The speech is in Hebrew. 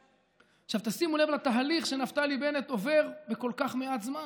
עכשיו תשימו לב לתהליך שנפתלי בנט עובר בכל כך מעט זמן.